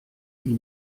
sie